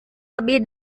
lebih